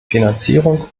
finanzierung